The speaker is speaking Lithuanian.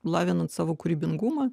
lavinant savo kūrybingumą